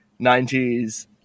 90s